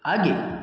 आगे